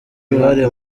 uruhare